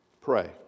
pray